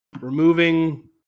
Removing